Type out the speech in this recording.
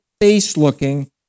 face-looking